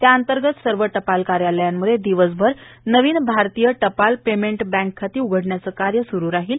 त्याअंतर्गत सर्व टपाल कार्यालयांमध्ये दिवसभर नवीन भारतीय टपाल पेमेंट बँक खाती उघडण्याचं कार्य सुरु राहील